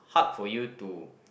hard for you to